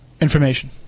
information